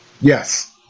Yes